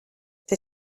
der